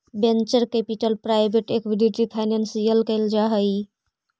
venture capital private equity financing कैल जा हई